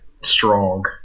strong